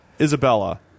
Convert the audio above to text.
Isabella